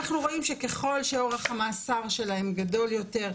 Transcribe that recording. אנחנו רואים שככל שאורך המאסר שלהם גדול יותר,